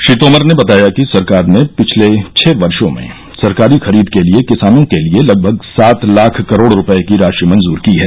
श्री तोमर ने बताया कि सरकार ने पिछले छह वर्षो में सरकारी खरीद के लिए किसानों के लिए लगभग सात लाख करोड़ रुपये की राशि मंजूर की है